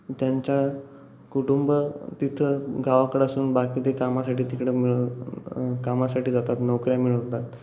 त्यांच्या कुटुंब तिथं गावाकडं असून बाकी ते कामासाठी तिकडं मिळ कामासाठी जातात नोकऱ्या मिळवतात